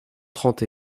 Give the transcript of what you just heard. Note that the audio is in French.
trente